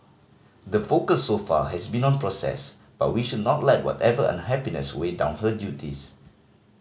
the focus so far has been on process but we should not let whatever unhappiness weigh down her duties